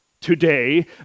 today